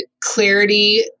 clarity